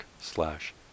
slash